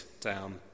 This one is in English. down